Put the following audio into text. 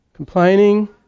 Complaining